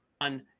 on